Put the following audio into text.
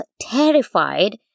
terrified